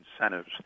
incentives